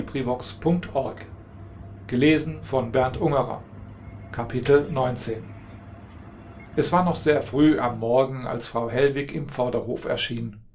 es war noch sehr früh am morgen als frau hellwig im vorderhof erschien